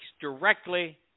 directly